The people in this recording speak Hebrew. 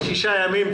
שישה ימים.